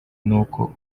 n’uko